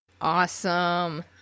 Awesome